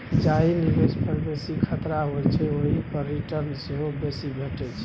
जाहि निबेश पर बेसी खतरा होइ छै ओहि पर रिटर्न सेहो बेसी भेटै छै